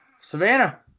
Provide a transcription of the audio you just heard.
Savannah